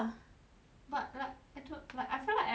but like I to like I feel like I buy right then